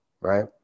Right